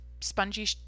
spongy